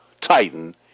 titan